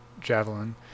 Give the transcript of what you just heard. Javelin